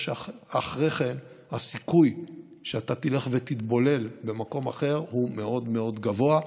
או שהסיכוי שאחרי כן אתה תלך ותתבולל במקום אחר הוא מאוד מאוד גבוה,